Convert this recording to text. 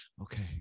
okay